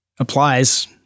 applies